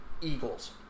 eagles